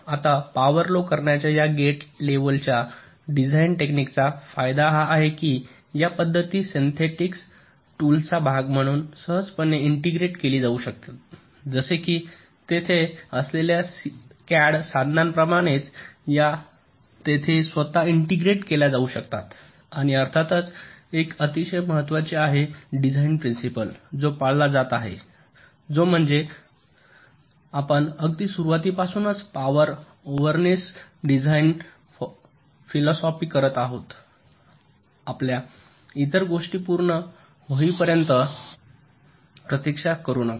आता power low करण्याच्या या गेट लेव्हलच्या डिझाइन टेक्निकचा फायदा हा आहे की या पद्धती सिंथेसिस टूल्सचा भाग म्हणून सहजपणे ईंटेग्रेट केली जाऊ शकतात जसे की तेथे असलेल्या सीएडी साधनांप्रमाणेच या तेथे स्वतः ईंटेग्रेट केल्या जाऊ शकतात आणि अर्थातच एक अतिशय महत्वाचे आहे डिझाईन प्रिंसिपल जो पाळला जात आहे तो म्हणजे आपण अगदी सुरुवातीपासूनच पॉवर अवरेनेस डिझाइन फिलॉसॉपी करीत आहात आपल्या इतर गोष्टी पूर्ण होईपर्यंत प्रततीक्षा करू नका